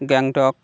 Gangtok